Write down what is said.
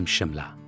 Shimla